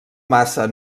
massa